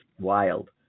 wild